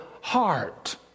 heart